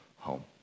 home